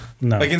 No